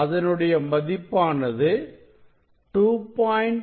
அதனுடைய மதிப்பானது 2